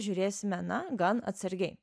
žiūrėsime na gan atsargiai